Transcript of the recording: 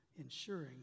ensuring